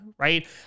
Right